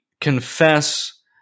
confess